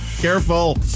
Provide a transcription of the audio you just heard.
Careful